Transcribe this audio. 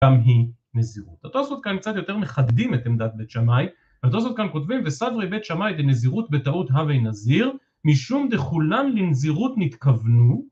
גם היא נזירות. לטוסות כאן קצת יותר מחדדים את עמדת בית שמאי לטוסות כאן כותבים וסברי בית שמאית לנזירות בטעות הווי נזיר משום דחולם לנזירות נתכוונו